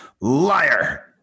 liar